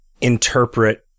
interpret